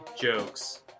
jokes